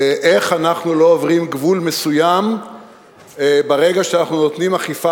איך אנחנו לא עוברים גבול מסוים ברגע שאנחנו נותנים אכיפה